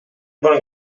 bon